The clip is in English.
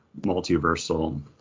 multiversal